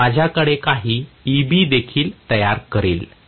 तर माझ्याकडे काही Eb देखील तयार करेल